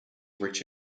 rich